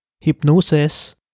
hypnosis